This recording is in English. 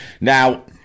Now